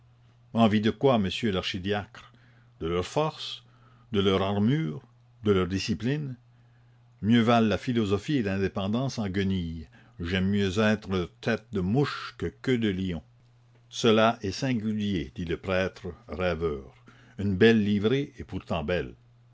envie de quoi monsieur l'archidiacre de leur force de leur armure de leur discipline mieux valent la philosophie et l'indépendance en guenilles j'aime mieux être tête de mouche que queue de lion cela est singulier dit le prêtre rêveur une belle livrée est pourtant belle